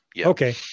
Okay